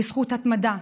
בזכות התמדה,